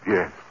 Yes